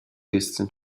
listen